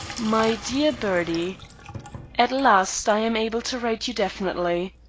my dear bertie at last i am able to write you definitely.